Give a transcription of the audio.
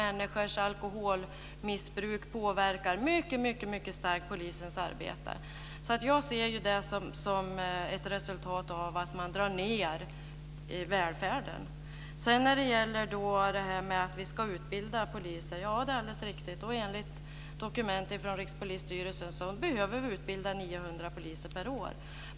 Människors alkoholmissbruk påverkar polisens arbete mycket starkt. Jag ser det som ett resultat av att man drar ned på välfärden. När det gäller att vi ska utbilda poliser är det helt riktigt. Enligt dokumentet från Rikspolisstyrelsen behöver vi utbilda 900 poliser per år.